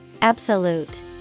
Absolute